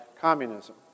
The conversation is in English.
communism